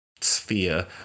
sphere